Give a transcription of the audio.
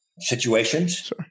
situations